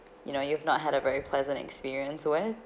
you know you've not had a very pleasant experience where